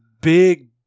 big